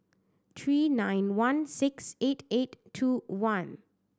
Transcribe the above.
three nine one six eight eight two one